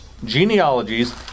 Genealogies